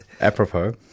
Apropos